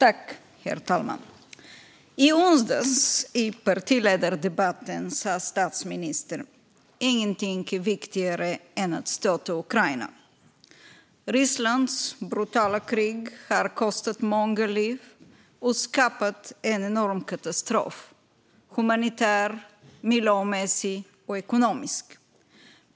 Herr talman! I partiledardebatten i onsdags sa statsministern: Ingenting är viktigare än att stödja Ukraina. Rysslands brutala krig har kostat många liv och skapat en enorm katastrof - humanitär, miljömässig och ekonomisk.